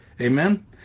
Amen